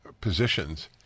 positions